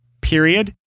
period